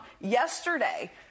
yesterday